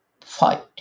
fight